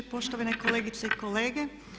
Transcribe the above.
Poštovane kolegice i kolege.